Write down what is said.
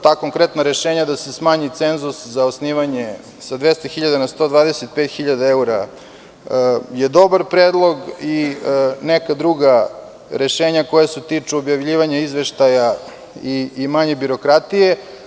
Ta konkretna rešenja da se smanji cenzus za osnivanje sa 200.000 na 125.000 evra je dobar predlog i neka druga rešenja koja se tiču objavljivanja izveštaja i manje birokratije.